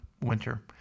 winter